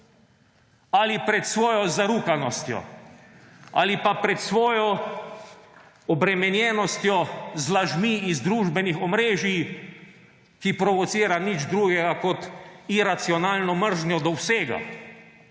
Ali pred svojo zarukanostjo? Ali pa pred svojo obremenjenostjo z lažmi z družbenih omrežij, ki provocira nič drugega kot iracionalno mržnjo do vsega?